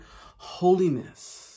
holiness